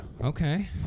Okay